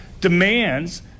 demands